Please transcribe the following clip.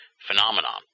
phenomenon